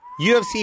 UFC